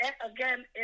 Again